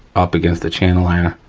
up against the channel liner,